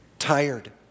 tired